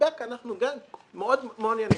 ובבאקה אנחנו גם מאוד מעוניינים.